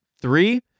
three